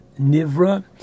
Nivra